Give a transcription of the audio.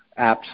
apps